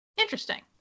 Interesting